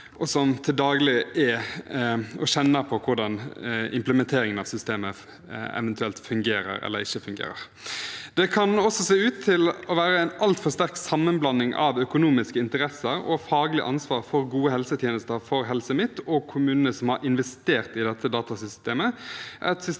og som til daglig kjenner på hvordan implementeringen av systemet fungerer eller ikke fungerer. Det kan også se ut til å være en altfor sterk sammenblanding av økonomiske interesser og faglig ansvar for gode helsetjenester for Helse Midt-Norge og kommunene som har investert i dette datasystemet.